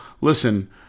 listen